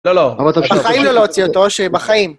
לא, לא. חיים לא להוציא אותו, אושרי, בחיים...